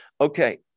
Okay